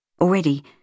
Already